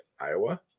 Iowa